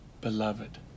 beloved